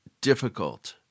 difficult